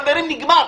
חברים, נגמר.